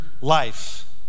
life